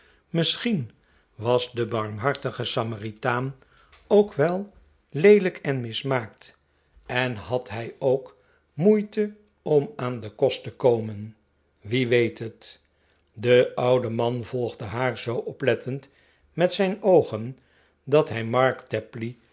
misschien was de barmhartige samaritaan ook wel leelijk en mismaakt en had hij ook moeite om aan den kost te komen wie weet het de oude man volgde haar zoo oplettend met zijn oogeit dat hij